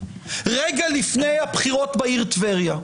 רגע לפני הבחירות בעיר טבריה,